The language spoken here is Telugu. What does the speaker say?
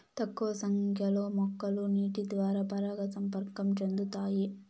తక్కువ సంఖ్య లో మొక్కలు నీటి ద్వారా పరాగ సంపర్కం చెందుతాయి